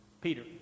Peter